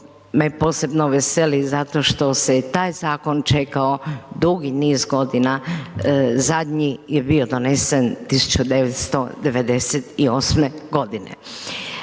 me posebno veseli, zato što se je i taj zakon čekao dugi niz godina, zadnji je bio donesen 1998.g.